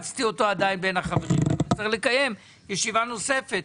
נצטרך לקיים ישיבה נוספת.